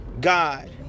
God